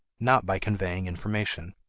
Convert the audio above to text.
not by conveying information.